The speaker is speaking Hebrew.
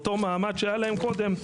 ואותו מעמד שהיה להם קודם.